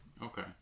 Okay